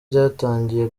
ryatangiye